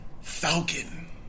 Falcon